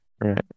Right